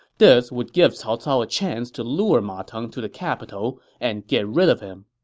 this would give cao cao a chance to lure ma teng to the capital and get rid of him